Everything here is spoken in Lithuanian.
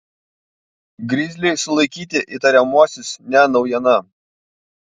grizliui sulaikyti įtariamuosius ne naujiena